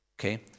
okay